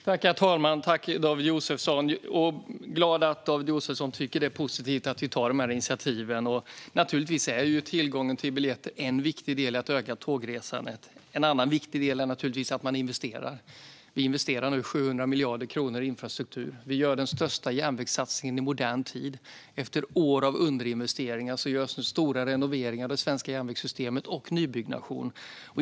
Herr talman! Jag är glad att David Josefsson tycker att det är positivt att vi tar dessa initiativ. Naturligtvis är tillgången till biljetter en viktig del i att öka tågresandet. En annan viktig del är naturligtvis att man investerar. Vi investerar nu 700 miljarder kronor i infrastruktur. Vi gör den största järnvägssatsningen i modern tid. Efter år av underinvesteringar görs nu stora renoveringar i det svenska järnvägssystemet och nybyggnation.